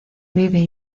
vive